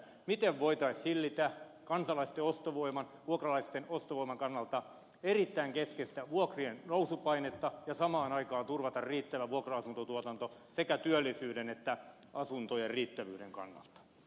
miten voitaisiin hillitä kansalaisten ostovoiman vuokralaisten ostovoiman kannalta erittäin keskeistä vuokrien nousupainetta ja samaan aikaan turvata riittävä vuokra asuntotuotanto sekä työllisyyden että asuntojen riittävyyden kannalta